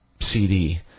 CD